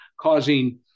causing